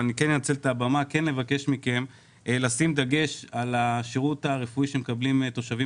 אבל אני אנצל את הבמה לבקש מכם לשים דגש על השירות הרפואי שמקבלים תושבים